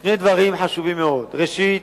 שני דברים חשובים מאוד: ראשית,